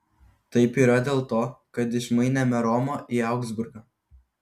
taip yra dėl to kad išmainėme romą į augsburgą